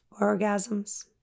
Orgasms